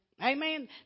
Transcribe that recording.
Amen